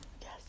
yes